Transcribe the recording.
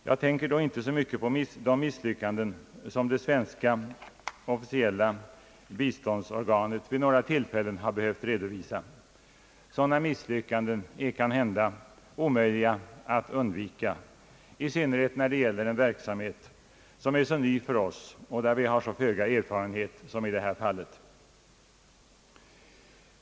Jag tänker inte så mycket på de misslyckanden som det svenska officiella biståndsorganet vid några tillfällen har behövt redovisa. Sådana misslyckanden är kanhända omöjliga att undvika, i synnerhet när det gäller en verksamhet som är så ny för oss och där vi har så föga erfarenhet som i det här fallet.